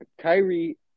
Kyrie